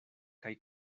kaj